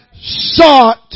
sought